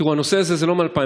תראו, הנושא הזה הוא לא מ-2019,